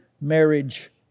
marriage